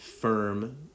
firm